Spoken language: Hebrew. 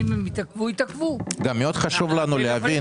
אם הם יתעכבו יתעכבו -- גם מאוד חשוב לנו להבין.